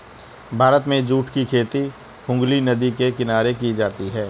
भारत में जूट की खेती हुगली नदी के किनारे की जाती है